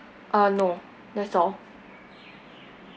uh no that's all